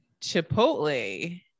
Chipotle